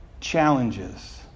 challenges